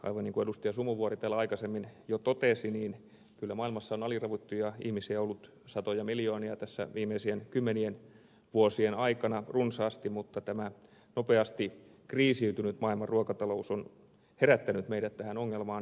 sumuvuori täällä aikaisemmin jo totesi niin kyllä maailmassa on aliravittuja ihmisiä ollut runsaasti satoja miljoonia tässä viimeisten kymmenien vuosien aikana mutta tämä nopeasti kriisiytynyt maailman ruokatalous on herättänyt meidät tähän ongelmaan